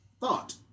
Thought